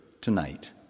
tonight